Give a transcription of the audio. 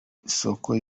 isoko